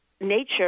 nature